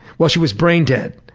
well, she was brain dead,